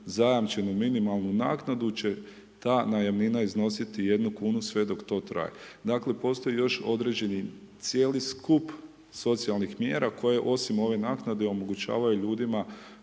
zajamčenu minimalnu naknadu će ta najamnina iznositi 1,00 kn sve dok to traje. Dakle, postoji još određeni cijeli skup socijalnih mjera koje osim ove naknade, omogućavaju ljudima